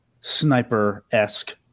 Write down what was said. sniper-esque